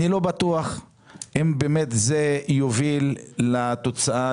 אני לא בטוח אם באמת זה יוביל לתוצאה,